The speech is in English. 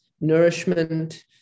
nourishment